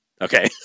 Okay